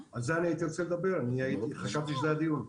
על זה אני הייתי רוצה לדבר, אני חשבתי שזה הדיון.